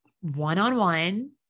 one-on-one